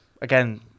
Again